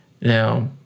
Now